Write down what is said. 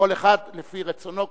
כל אחד לפי רצונו,